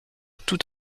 tout